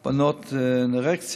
גם עבור בנות אנורקטיות,